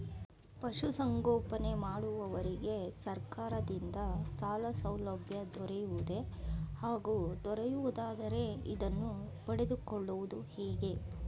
ಪಶುಸಂಗೋಪನೆ ಮಾಡುವವರಿಗೆ ಸರ್ಕಾರದಿಂದ ಸಾಲಸೌಲಭ್ಯ ದೊರೆಯುವುದೇ ಹಾಗೂ ದೊರೆಯುವುದಾದರೆ ಇದನ್ನು ಪಡೆದುಕೊಳ್ಳುವುದು ಹೇಗೆ?